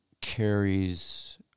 carries